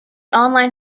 online